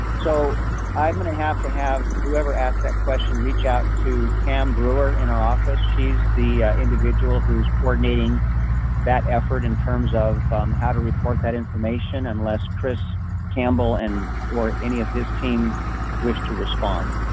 so i'm going to have to have whoever asked that question reach out to pam brewer in our office. she's the individual who's coordinating that effort, in terms of umm how to report that information, unless chris campbell and. or any of his team wish to respond.